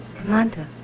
Commander